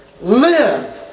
Live